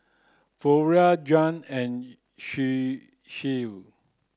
Florie Juan and she